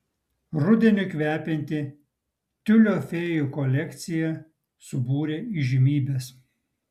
rudeniu kvepianti tiulio fėjų kolekcija subūrė įžymybes